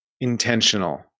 Intentional